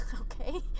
Okay